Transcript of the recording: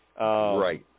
Right